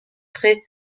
très